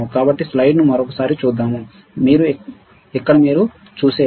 కాబట్టి స్లైడ్ను మరోసారి చూద్దాం ఇక్కడ మీరు చూసేది